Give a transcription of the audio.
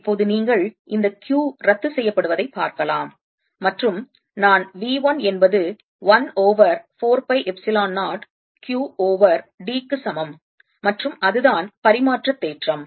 இப்போது நீங்கள் இந்த q ரத்து செய்யப்படுவதை பார்க்கலாம் மற்றும் நான் V 1 என்பது 1 over 4 pi epsilon 0 Q over d க்கு சமம் மற்றும் அதுதான் பரிமாற்ற தேற்றம்